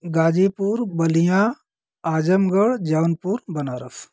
Ghazipur Ballia Azamgarh Jaunpur Banaras